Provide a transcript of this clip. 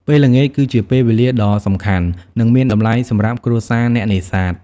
ពេលល្ងាចគឺជាពេលវេលាដ៏សំខាន់ និងមានតម្លៃសម្រាប់គ្រួសារអ្នកនេសាទ។